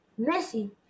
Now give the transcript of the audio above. Messi